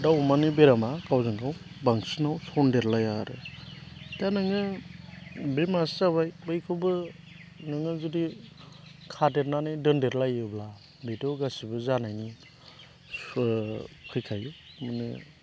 दाउ अमानि बेरामा गावजों गाव बांसिनाव सन्देरलाया आरो दा नोङो बे मासे जाबाय बैखौबो नोङो जुदि खादेरनानै दोन्देरलायोब्ला बेथ' गासैबो जानायनि फैखायो माने